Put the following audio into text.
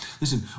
Listen